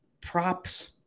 props